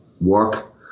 work